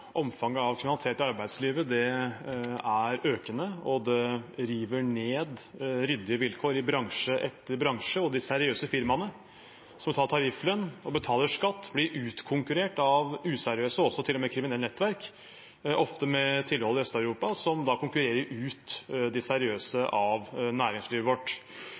det river ned ryddige vilkår i bransje etter bransje. De seriøse firmaene som betaler tarifflønn, og som betaler skatt, blir utkonkurrert av useriøse og til og med av kriminelle nettverk, ofte med tilhold i Øst-Europa, som konkurrerer ut de seriøse i næringslivet vårt.